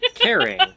caring